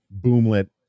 boomlet